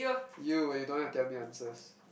you when you don't want to tell me answers